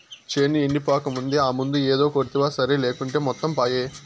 చేను ఎండిపోకముందే ఆ మందు ఏదో కొడ్తివా సరి లేకుంటే మొత్తం పాయే